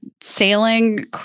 sailing